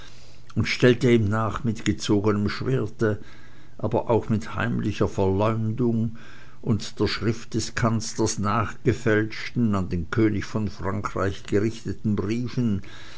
und stellte ihm nach mit gezogenem schwerte aber auch mit heimlicher verleumdung und der schrift des kanzlers nachgefälschten an den könig von frank reich gerichteten briefen